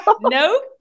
Nope